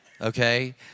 Okay